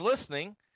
listening